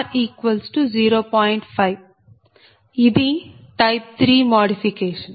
5 ఇది type 3 modification